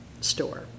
store